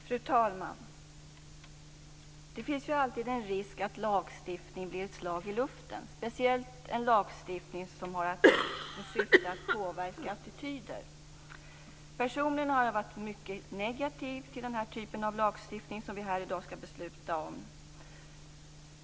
Fru talman! Det finns alltid en risk att lagstiftning blir ett slag i luften, speciellt en lagstiftning som har till syfte att påverka attityder. Personligen har jag varit mycket negativ till den typ av lagstiftning som vi här i dag skall besluta om.